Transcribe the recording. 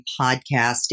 podcast